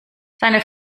seine